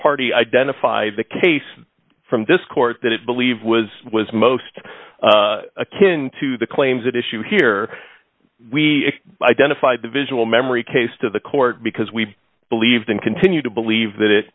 party identify the case from this court that it believed was was most a kitten to the claims that issue here we identified the visual memory case to the court because we believed and continue to believe that it